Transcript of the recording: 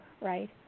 right